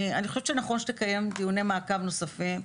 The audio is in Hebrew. אני חושבת שנכון שתקיים דיוני מעקב נוספים.